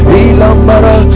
ilambara